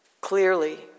clearly